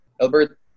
Albert